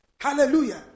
Hallelujah